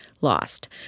lost